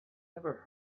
never